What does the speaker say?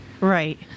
right